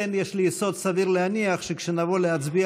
יש לי יסוד סביר להניח שכשנבוא להצביע